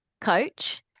coach